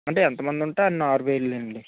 అంటే ఎంతమంది ఉంటే అన్ని ఆరువెళ్ళండి